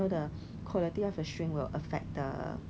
but you can buy their potato chips cause is